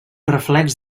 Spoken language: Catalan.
reflex